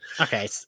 Okay